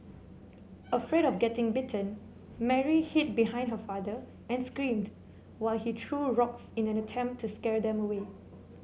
afraid of getting bitten Mary hid behind her father and screamed while he threw rocks in an attempt to scare them away